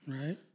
right